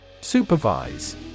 Supervise